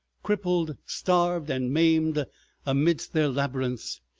crippled, starved, and maimed amidst their labyrinths,